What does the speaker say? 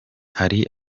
hari